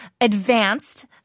advanced